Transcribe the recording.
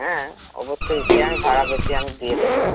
হ্যাঁ অবশ্যই সে আমি ভাড়া বেশি আমি দিয়ে দেবো